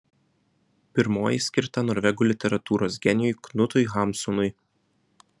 pirmoji skirta norvegų literatūros genijui knutui hamsunui